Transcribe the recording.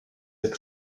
est